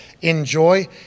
enjoy